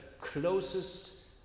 closest